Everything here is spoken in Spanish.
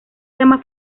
tema